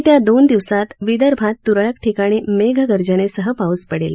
येत्या दोन दिवसात विदर्भात त्रळक ठिकाणी मेघगर्जनेसह पाऊस पडेल